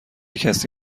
کسی